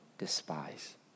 despise